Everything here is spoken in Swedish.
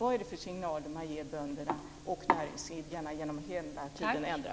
Vad är det för signaler som man ger bönderna och näringsidkarna genom att hela tiden ändra?